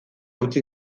utzi